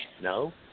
No